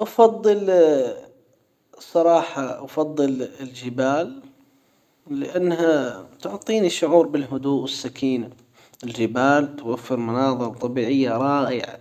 افضل الصراحة افضل الجبال لانها تعطيني شعور بالهدوء والسكينة الجبال توفر مناظر طبيعية رائعة